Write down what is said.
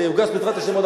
זה יוגש בעזרת השם,